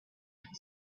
had